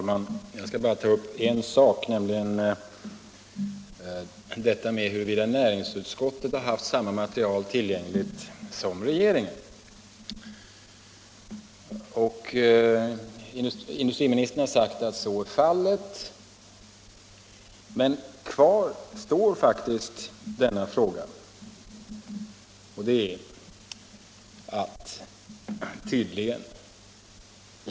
Herr talman! Jag skall bara ta upp en sak, nämligen huruvida näringsutskottet har haft tillgängligt samma material som regeringen. Industriministern har sagt att så är fallet, men kvar står faktiskt ändå denna fråga.